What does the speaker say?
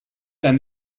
then